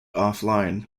offline